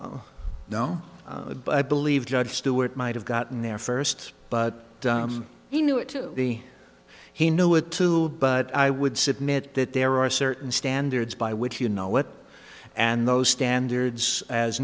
know but i believe judge stewart might have gotten there first but he knew it to be he knew it too but i would submit that there are certain standards by which you know what and those standards as